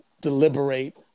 deliberate